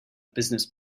business